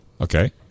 Okay